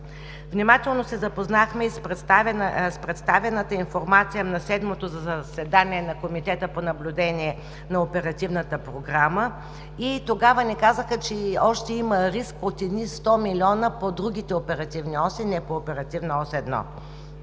Внимателно се запознахме и с представената информация на Седмото заседание на Комитета по наблюдение на Оперативната програма. Тогава ни казаха, че има риск и за още едни 100 млн. лв. по другите оперативни оси, не по оперативна ос 1.